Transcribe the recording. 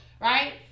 right